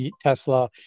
Tesla